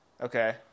Okay